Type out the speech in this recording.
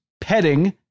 petting